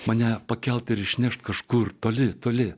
mane pakelti ir išnešti kažkur toli toli